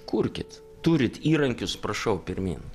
kurkit turit įrankius prašau pirmyn